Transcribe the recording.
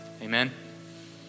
amen